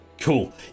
Cool